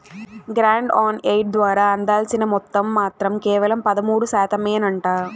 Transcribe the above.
grant on aid ద్వారా అందాల్సిన మొత్తం మాత్రం కేవలం పదమూడు శాతమేనంట